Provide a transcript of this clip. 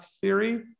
theory